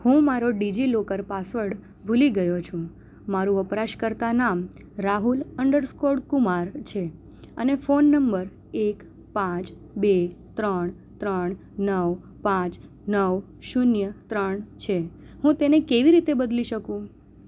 હું મારો DigiLocker password ભૂલી ગયો છું મારું વપરાશકર્તા નામ રાહુલ અંડરસ્કોર કુમાર છે અને ફોન નંબર એક પાંચ બે ત્રણ ત્રણ નવ પાંચ નવ શૂન્ય ત્રણ છે હું તેને કેવી રીતે બદલી શકું